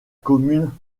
commune